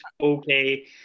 Okay